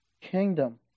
kingdom